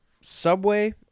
Subway